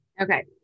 Okay